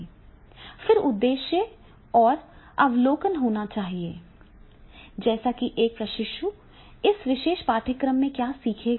फिर उद्देश्य और अवलोकन होना चाहिए जैसे कि एक प्रशिक्षु इस विशेष पाठ्यक्रम से क्या सीखेगा